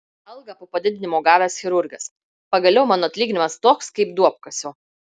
algą po padidinimo gavęs chirurgas pagaliau mano atlyginimas toks kaip duobkasio